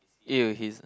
!eww! he's